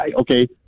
Okay